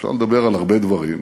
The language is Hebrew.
אפשר לדבר על הרבה דברים,